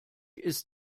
ist